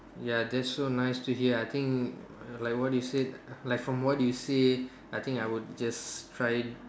ya that's so nice to hear I think like what you said like from what you said I think I would just try